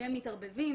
כשנכנסים